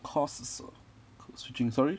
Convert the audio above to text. courses code switching sorry